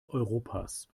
europas